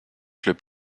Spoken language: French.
club